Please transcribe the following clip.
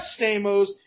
stamos